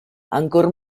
ancor